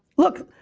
look,